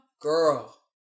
Girl